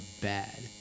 bad